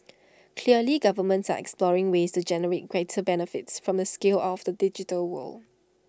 clearly governments are exploring ways to generate greater benefits from the scale of the digital world